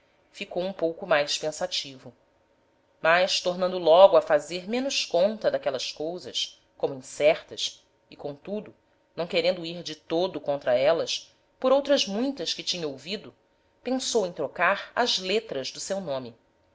ficou um pouco mais pensativo mas tornando logo a fazer menos conta d'aquelas cousas como incertas e comtudo não querendo ir de todo contra élas por outras muitas que tinha ouvido pensou em trocar as letras do seu nome